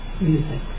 Music